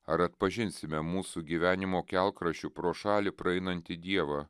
ar atpažinsime mūsų gyvenimo kelkraščiu pro šalį praeinantį dievą